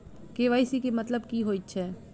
KYC केँ मतलब की होइ छै?